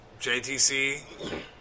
JTC